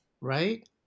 Right